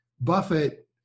Buffett